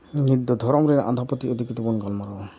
ᱱᱤᱛ ᱫᱚ ᱫᱷᱚᱨᱚᱢ ᱨᱮᱱᱟᱜ ᱟᱸᱫᱷᱟᱯᱟᱹᱛᱭᱟᱹᱣ ᱤᱫᱤ ᱠᱟᱛᱮᱫ ᱵᱚᱱ ᱜᱟᱞᱢᱟᱨᱟᱣᱟ